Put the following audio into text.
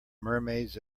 mermaids